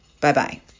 Bye-bye